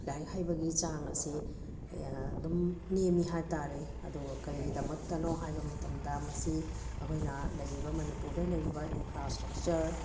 ꯂꯥꯏꯔꯤꯛ ꯍꯩꯕꯒꯤ ꯆꯥꯡ ꯑꯁꯦ ꯑꯗꯨꯝ ꯅꯦꯝꯃꯤ ꯍꯥꯏꯕ ꯇꯥꯔꯦ ꯑꯗꯣ ꯀꯔꯤꯒꯤꯗꯃꯛꯇꯅꯣ ꯍꯥꯏꯕ ꯃꯇꯝꯗ ꯃꯁꯤ ꯑꯩꯈꯣꯏꯅ ꯂꯩꯔꯤꯕ ꯃꯅꯤꯄꯨꯔꯗ ꯂꯩꯔꯤꯕ ꯏꯟꯐ꯭ꯔꯥ ꯏꯁꯇ꯭ꯔꯛꯆꯔ